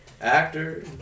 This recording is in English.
Actor